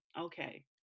okay